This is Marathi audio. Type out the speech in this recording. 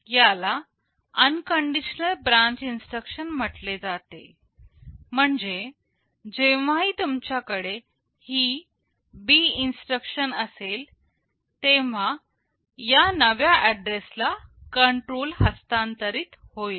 याला अनकंडिशनल ब्रांच इन्स्ट्रक्शन म्हटले जाते म्हणजे जेव्हाही तुमच्याकडे ही B इन्स्ट्रक्शन असेल तेव्हा या नव्या ऍड्रेस ला कंट्रोल हस्तांतरित होईल